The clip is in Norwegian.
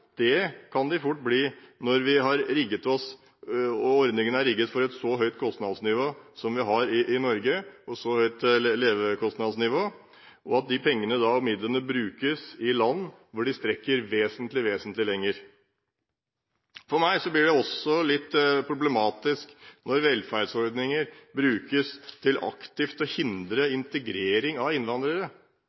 kan de fort bli når ordningene er rigget for et så høyt levekostnadsnivå som vi har i Norge, og at de pengene og midlene da brukes i land hvor de rekker vesentlig lenger. For meg blir det også litt problematisk når velferdsordninger brukes til aktivt å hindre integrering av innvandrere,